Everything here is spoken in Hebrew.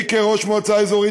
כראש מועצה אזורית,